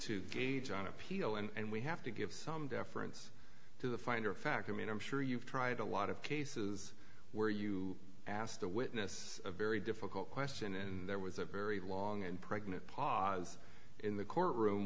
to gauge on appeal and we have to give some deference to the finder of fact i mean i'm sure you've tried a lot of cases where you asked a witness a very difficult question and there was a very long and pregnant pause in the courtroom